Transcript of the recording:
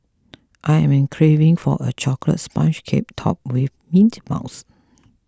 I am craving for a Chocolate Sponge Cake Topped with Mint Mousse